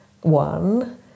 One